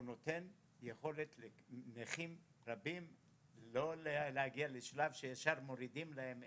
הוא נותן יכולת לנכים רבים לא להגיע לשלב שישר מורידים להם,